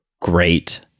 great